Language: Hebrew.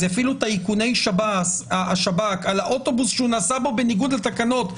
אז יפעילו את איכוני שב"כ על האוטובוס שהוא נסע בו בניגוד לתקנות,